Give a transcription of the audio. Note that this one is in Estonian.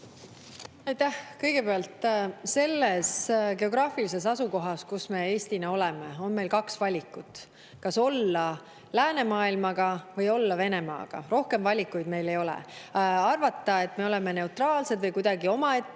Aitäh! Kõigepealt, selles geograafilises asukohas, kus me Eestina oleme, on meil kaks valikut: kas olla läänemaailmaga või olla Venemaaga. Rohkem valikuid meil ei ole. Arvata, et me oleme neutraalsed või kuidagi omaette